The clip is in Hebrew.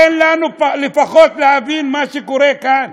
תן לנו לפחות להבין מה שקורה כאן.